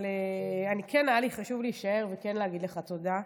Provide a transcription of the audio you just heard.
אבל כן היה לי חשוב להישאר וכן להגיד לך תודה,